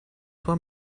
sua